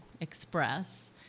express